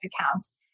accounts